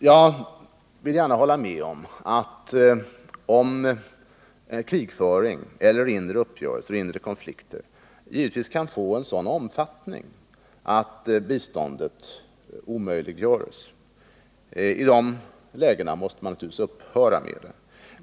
Jag vill gärna hålla med om att krigföring eller inre konflikter kan få en sådan omfattning att biståndet omöjliggörs. I dessa lägen måste man naturligtvis upphöra med biståndet.